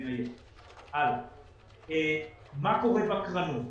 מה קורה בקרנות.